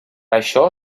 això